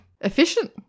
efficient